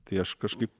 tai aš kažkaip